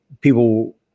people